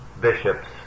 bishop's